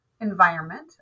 environment